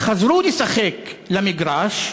חזרו לשחק במגרש,